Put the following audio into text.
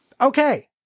Okay